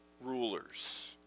rulers